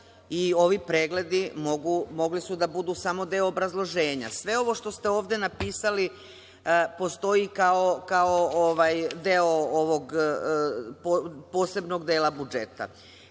i ovi pregledi mogli su da budu samo deo obrazloženja. Sve ovo što ste ovde napisali postoji kao deo ovog posebnog dela budžeta.E